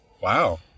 Wow